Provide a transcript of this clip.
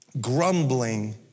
grumbling